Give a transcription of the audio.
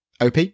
OP